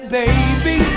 baby